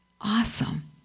Awesome